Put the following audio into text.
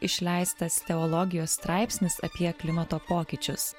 išleistas teologijos straipsnis apie klimato pokyčius